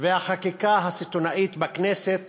והחקיקה הסיטונית בכנסת,